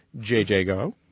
JJGo